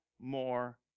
more